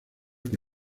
que